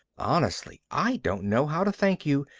honestly, i don't know how to thank you,